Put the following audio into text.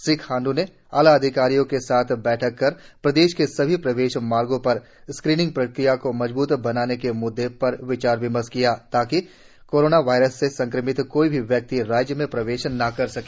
श्री खांडू ने आलाधिकारियों के साथ बैठक कर प्रदेश के सभी प्रवेश मार्गो पर स्क्रीनिंग प्रक्रिया को मजबृत बनाने के मुद्दे पर विचार विमर्श किया ताकि कोरोना वायरस से संक्रमित कोई भी व्यक्ति राज्य में प्रवेश न कर सके